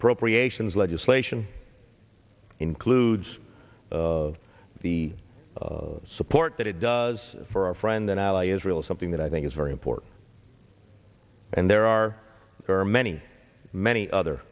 appropriations legislation includes the support that it does for our friend and ally israel is something that i think is very important and there are there are many many other